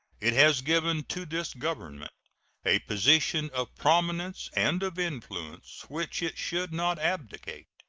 it has given to this government a position of prominence and of influence which it should not abdicate,